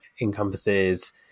encompasses